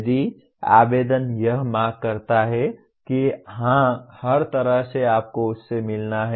यदि आवेदन यह मांग करता है कि हाँ हर तरह से आपको उससे मिलना है